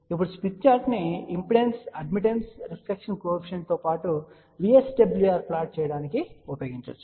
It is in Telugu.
ఇప్పుడు స్మిత్ చార్ట్ ను ఇంపిడెన్స్ అడ్మిటెన్స్ రిఫ్లెక్షన్ కోఎఫిషియంట్తో పాటు VSWR ప్లాట్ చేయడానికి ఉపయోగించవచ్చు